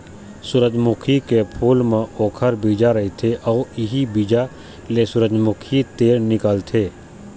सूरजमुखी के फूल म ओखर बीजा रहिथे अउ इहीं बीजा ले सूरजमूखी तेल निकलथे